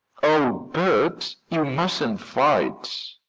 oh, bert, you mustn't fight.